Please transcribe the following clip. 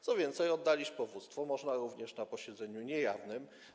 Co więcej, oddalić powództwo można również na posiedzeniu niejawnym.